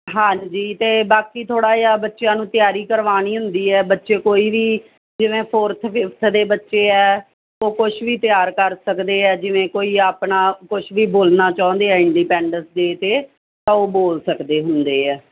ਹਾਂਜੀ ਅਤੇ ਬਾਕੀ ਥੋੜ੍ਹਾ ਜਿਹਾ ਬੱਚਿਆਂ ਨੂੰ ਤਿਆਰੀ ਕਰਵਾਉਣੀ ਹੁੰਦੀ ਹੈ ਬੱਚੇ ਕੋਈ ਵੀ ਜਿਵੇਂ ਫੋਰਥ ਫਿਫਥ ਦੇ ਬੱਚੇ ਆ ਉਹ ਕੁਛ ਵੀ ਤਿਆਰ ਕਰ ਸਕਦੇ ਆ ਜਿਵੇਂ ਕੋਈ ਆਪਣਾ ਕੁਛ ਵੀ ਬੋਲਣਾ ਚਾਹੁੰਦੇ ਆ ਇੰਡੀਪੈਂਡਸ ਡੇ 'ਤੇ ਤਾਂ ਉਹ ਬੋਲ ਸਕਦੇ ਹੁੰਦੇ ਆ